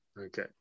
Okay